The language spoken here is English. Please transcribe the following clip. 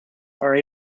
are